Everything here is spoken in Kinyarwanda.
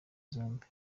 zombi